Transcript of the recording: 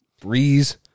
Breeze